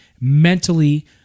mentally